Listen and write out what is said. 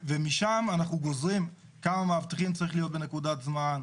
משם אנחנו גוזרים כמה מאבטחים צריכים להיות בנקודת זמן?